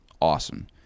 awesome